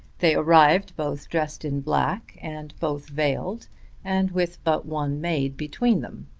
they arrived both dressed in black and both veiled and with but one maid between them.